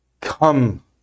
come